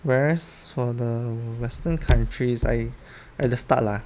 whereas for the western countries I at the start lah